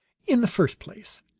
in the first place,